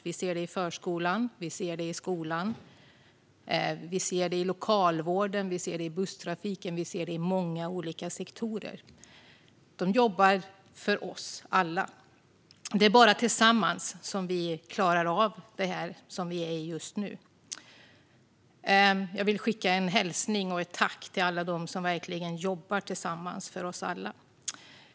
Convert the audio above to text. Vi ser det i förskolan, vi ser det i skolan, vi ser det i lokalvården, vi ser det i busstrafiken - vi ser det i många olika sektorer. De jobbar för oss alla. Det är bara tillsammans som vi klarar av det här som vi är i just nu. Jag vill skicka en hälsning och ett tack till alla dem som verkligen jobbar tillsammans för oss alla!